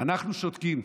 אנחנו שותקים.